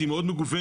שהיא מאוד מגוונת,